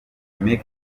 make